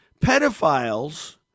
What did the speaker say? Pedophiles